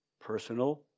personal